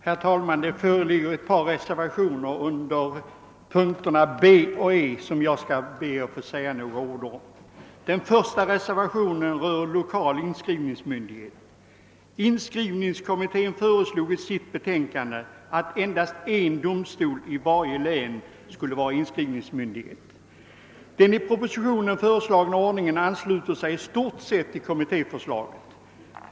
Herr talman! Under moment B och E föreligger ett par reservationer som jag skall säga några ord om. Den första reservationen rör lokal inskrivningsmyndighet. = Inskrivningskommittén föreslog i sitt betänkande att endast en domstol i varje län skulle vara inskrivningsmyndighet. Den i propositionen föreslagna ordningen ansluter sig i stort till kommittéförslaget.